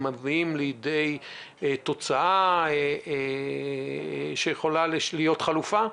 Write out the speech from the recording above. שמביאה לידי תוצאה שיכולה להיות חלופה?